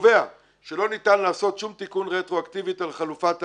שקובע שלא ניתן לעשות שום תיקון רטרואקטיבית על חלופת האגודה.